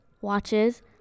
watches